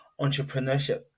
entrepreneurship